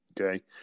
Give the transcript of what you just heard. Okay